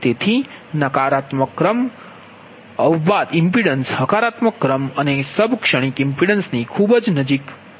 તેથી નકારાત્મક ક્રમ અવબાધ હકારાત્મક ક્રમ અને સબ ક્ષણિક ઇમ્પિડન્સ ની ખૂબ નજીક છે